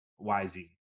yz